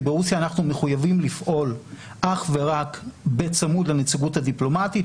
כי ברוסיה אנחנו מחויבים לפעול אך ורק בצמוד לנציגות הדיפלומטית,